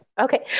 Okay